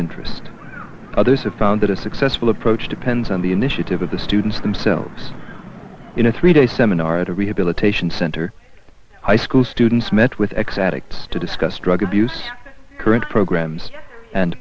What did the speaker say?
interest others have found that a successful approach depends on the initiative of the students themselves in a three day seminar at a rehabilitation center high school students met with ex addicts to discuss drug abuse current programs and